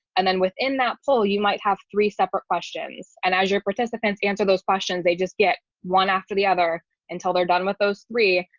and then within that poll, you might have three separate questions. and as your participants answer those questions, they just get one after the other until they're done with those three,